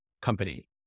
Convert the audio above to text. company